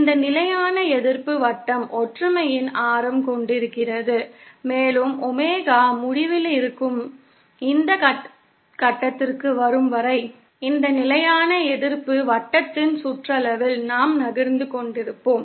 இந்த நிலையான எதிர்ப்பு வட்டம் ஒற்றுமையின் ஆரம் கொண்டிருக்கிறது மேலும் ஒமேகா முடிவிலி இருக்கும் இந்த கட்டத்திற்கு வரும் வரை இந்த நிலையான எதிர்ப்பு வட்டத்தின் சுற்றளவில் நாம் நகர்ந்து கொண்டிருப்போம்